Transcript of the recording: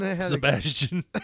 Sebastian